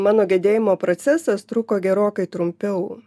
mano gedėjimo procesas truko gerokai trumpiau